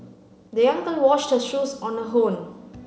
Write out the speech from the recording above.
the young girl washed her shoes on her own